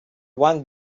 one